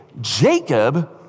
Jacob